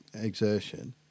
exertion